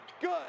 good